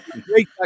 Great